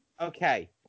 Okay